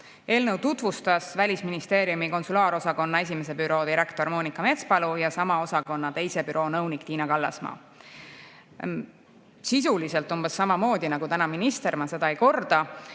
Eelnõu tutvustasid Välisministeeriumi konsulaarosakonna esimese büroo direktor Monika Metspalu ja sama osakonna teise büroo nõunik Tiina Kallasmaa. Sisuliselt räägiti eelnõust umbes samamoodi nagu täna minister, ma seda ei korda.